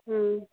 ହଁ